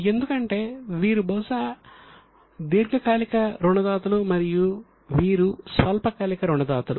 ఎందుకంటే వీరు బహుశా దీర్ఘకాలిక రుణదాతలు